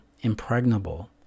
impregnable